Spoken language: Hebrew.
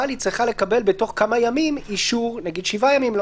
היא צריכה לקבל בתוך כמה ימים אישור נגיד 7 ימים,